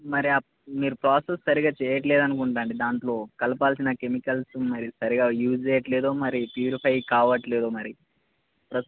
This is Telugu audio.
మరి మీరు ప్రాసెస్ సరిగ్గా చేయట్లేదు అనుకుంటానండి దాంట్లో కలపాల్సిన కెమికల్స్ మరి సరిగ్గా యూజ్ చేయట్లేదో మరి ప్యూరిఫై కావట్లేదో మరి ప్ర